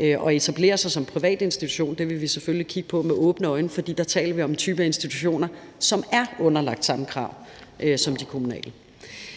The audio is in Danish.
at etablere sig som privatinstitution. Det vil vi selvfølgelig kigge åbent på, for der taler vi om en type af institutioner, som er underlagt samme krav som de kommunale.